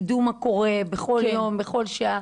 ידעו מה קורה בכל יום ובכל שעה,